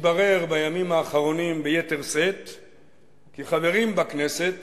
מתברר בימים האחרונים ביתר שאת כי חברים בכנסת